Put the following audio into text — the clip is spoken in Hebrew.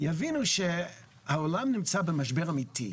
יבינו שהעולם נמצא במשבר אמיתי.